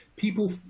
People